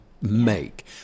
make